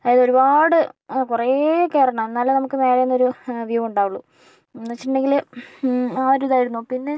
അതായത് ഒരുപാട് കുറേ കയറണം എന്നാലേ നമുക്ക് മേലെന്നൊരു വ്യൂ ഉണ്ടാവുള്ളു എന്ന് വെച്ചിട്ടുണ്ടെങ്കില് ആ ഒരു ഇതായിരുന്നു പിന്നെ